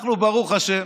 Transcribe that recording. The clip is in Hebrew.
אנחנו זכינו, ברוך השם,